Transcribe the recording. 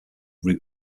route